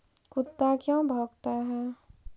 कुत्ता क्यों भौंकता है?